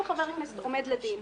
אם חבר הכנסת עומד לדין,